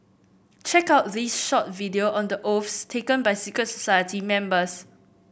check out this short video on the oaths taken by secret society members